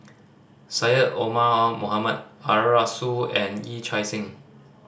Syed Omar Mohamed Arasu and Yee Chia Hsing